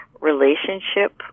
relationship